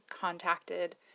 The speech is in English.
contacted